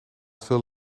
veel